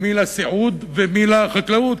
מי לסיעוד ומי לחקלאות,